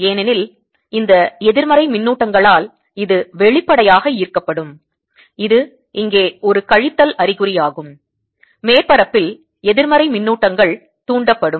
ஏனெனில் இந்த எதிர்மறை மின்னூட்டங்களால் இது வெளிப்படையாக ஈர்க்கப்படும் இது இங்கே ஒரு கழித்தல் அறிகுறியாகும் மேற்பரப்பில் எதிர்மறை மின்னூட்டங்கள் தூண்டப்படும்